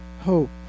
hope